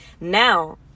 Now